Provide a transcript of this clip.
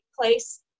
place